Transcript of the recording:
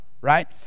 right